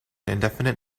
indefinite